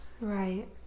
Right